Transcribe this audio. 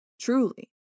truly